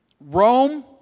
Rome